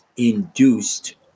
induced